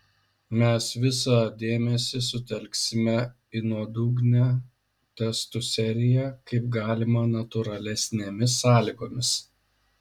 mes visą dėmesį sutelksime į nuodugnią testų seriją kaip galima natūralesnėmis sąlygomis